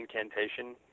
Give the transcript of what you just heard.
incantation